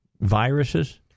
viruses